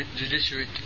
judiciary